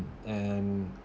and